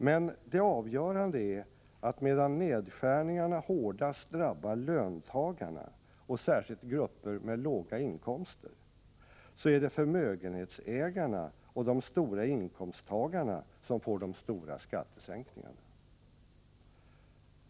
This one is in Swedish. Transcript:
Men det avgörande är att medan nedskärningarna hårdast drabbar löntagarna och särskilt grupper med låga inkomster, så är det förmögenhetsägarna och höginkomsttagarna som får de stora skattesänkningarna.